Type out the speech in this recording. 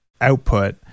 output